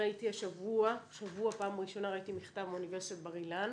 השבוע פעם ראשונה ראיתי מכתב מאוניברסיטת בר אילן